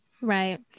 right